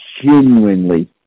genuinely